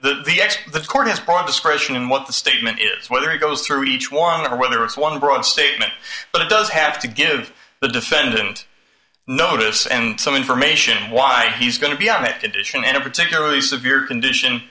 the ex the court as part of this question and what the statement is whether it goes through each one or whether it's one broad statement but it does have to give the defendant notice and some information why he's going to be on it edition and a particularly severe condition